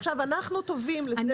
עכשיו אנחנו טובים לשדה תעופה,